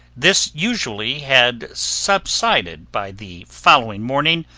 this usually had subsided by the following morning,